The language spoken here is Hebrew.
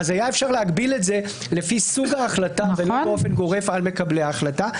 היה אפשר להגביל את זה לפי סוג ההחלטה ולא באופן גורף על מקבלי ההחלטה.